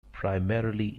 primarily